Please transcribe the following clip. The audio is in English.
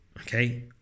okay